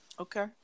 Okay